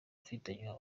afitanye